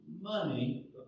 money